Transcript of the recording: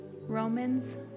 Romans